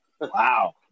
Wow